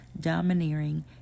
domineering